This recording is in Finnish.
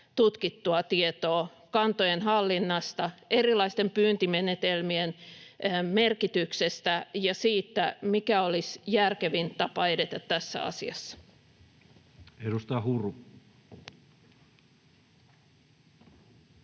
tutkittua tietoa kantojen hallinnasta, erilaisten pyyntimenetelmien merkityksestä ja siitä, mikä olisi järkevin tapa edetä tässä asiassa. [Speech 89]